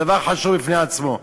זה דבר חשוב בפני עצמו.